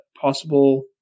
possible